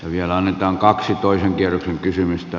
vielä annetaan kaksi toisen kierroksen kysymystä